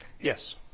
Yes